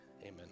amen